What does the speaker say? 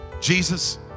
Jesus